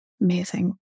Amazing